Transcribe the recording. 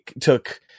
took